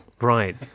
Right